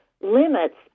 limits